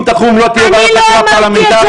תחום ולא תהיה ועדת חקירה פרלמנטרית,